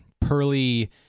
pearly